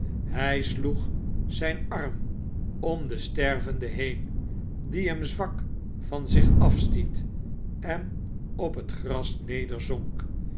hij sloeg zijn arm om den stervende been die hem zwak van zich afstiet en op het gras nederzonk